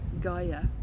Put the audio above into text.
Gaia